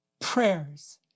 prayers